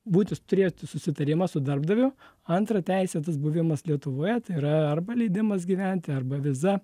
būti turėti susitarimą su darbdaviu antra teisėtas buvimas lietuvoje yra arba leidimas gyventi arba viza